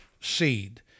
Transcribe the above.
seed